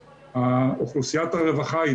ואני שמח מאוד שעשיתם אותו,